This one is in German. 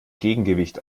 gegengewicht